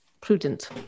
prudent